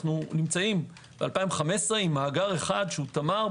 אנחנו נמצאים ב-2015 עם מאגר אחד שהוא תמר,